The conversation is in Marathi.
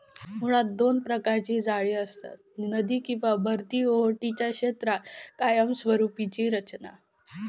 मुळात दोन प्रकारची जाळी असतत, नदी किंवा भरती ओहोटीच्या क्षेत्रात कायमस्वरूपी रचना